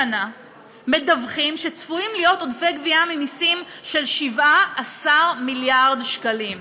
השנה מדווחים שצפויים עודפי גבייה ממיסים של 17 מיליארד שקלים.